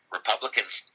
republicans